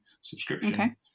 subscription